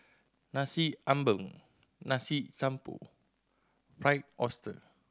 Nasi Ambeng Nasi Campur Fried Oyster